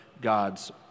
God's